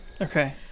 Okay